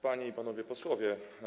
Panie i Panowie Posłowie!